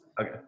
Okay